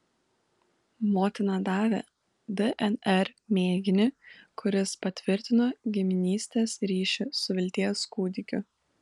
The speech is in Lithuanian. motina davė dnr mėginį kuris patvirtino giminystės ryšį su vilties kūdikiu